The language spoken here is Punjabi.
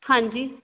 ਹਾਂਜੀ